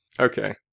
Okay